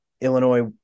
Illinois